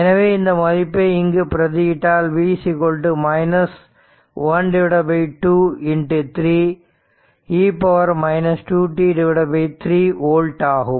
எனவே இந்த மதிப்பை இங்கு பிரதி இட்டால் v 1 2 3 e 2t 3 ஓல்ட் ஆகும்